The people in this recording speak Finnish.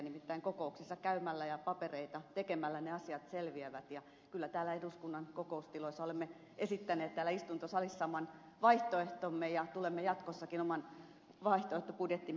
nimittäin kokouksissa käymällä ja papereita tekemällä ne asiat selviävät ja kyllä täällä eduskunnan kokoustiloissa olemme esittäneet täällä istuntosalissa oman vaihtoehtomme ja tulemme jatkossakin oman vaihtoehtobudjettimme tekemään